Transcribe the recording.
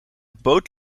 boot